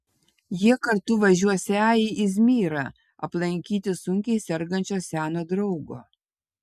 jie kartu važiuosią į izmyrą aplankyti sunkiai sergančio seno draugo